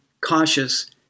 cautious